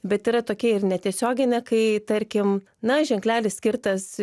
bet yra tokia ir netiesioginė kai tarkim na ženklelis skirtas